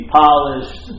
polished